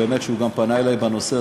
שגם הוא פנה אלי בנושא,